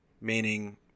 meaning